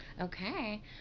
okay